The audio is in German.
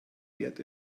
wert